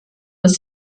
dass